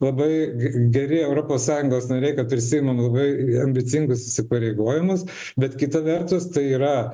labai geri europos sąjungos nariai kad tarsi prisiimam labai ambicingus įsipareigojimus bet kita vertus tai yra